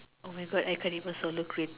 oh my God I can't even solo cream